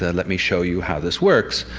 let me show you how this works,